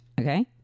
Okay